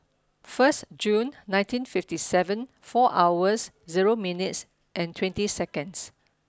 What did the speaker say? first Jun nineteen fifty seven four hours zero minutes and twenty second